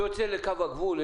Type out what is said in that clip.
כשהוא יוצא לקו הגבול,